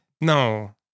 No